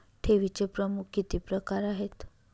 ठेवीचे प्रमुख किती प्रकार आहेत?